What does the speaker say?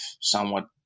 somewhat